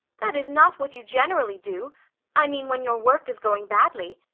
that is not what you generally do i mean when your work is going badly.